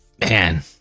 Man